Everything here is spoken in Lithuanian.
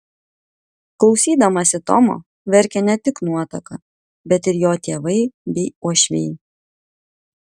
klausydamasi tomo verkė ne tik nuotaka bet ir jo tėvai bei uošviai